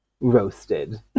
roasted